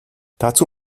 dazu